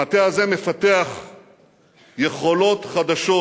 המטה הזה מפתח יכולות חדשות